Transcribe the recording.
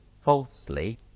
falsely